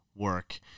work